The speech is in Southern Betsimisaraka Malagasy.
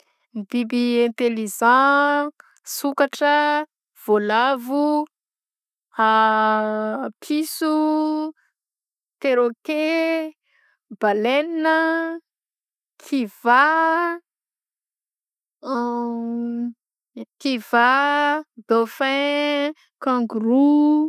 Ny biby intelligent sokatra; vaolavo an, piso, perroquet, baleina kivà an kivà dauphin, kangoro.